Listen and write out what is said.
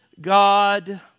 God